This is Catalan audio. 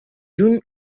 juny